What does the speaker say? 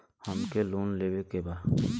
हमके लोन लेवे के बा?